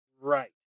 Right